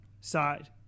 side